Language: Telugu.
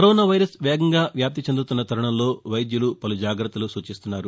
కరోనా వైరస్ వేగంగా వ్యాప్తి చెందుతున్న తరుణంలో వైద్యులు వలు జాగ్రత్తలు సూచిస్తున్నారు